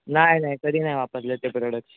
नाही नाही कधी नाही वापरले ते प्रोडक्ट्स